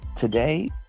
Today